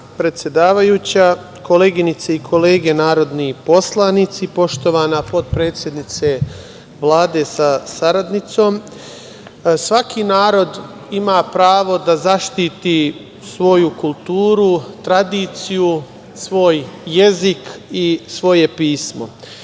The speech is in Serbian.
predsedavajuća, koleginice i kolege narodni poslanici, poštovana potpredsednice Vlade sa saradnicom, svaki narod ima pravo da zaštiti svoju kulturu, tradiciju, svoj jezik i svoje pismo